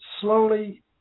slowly